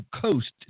coast